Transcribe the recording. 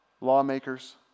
Lawmakers